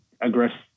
aggressive